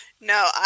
No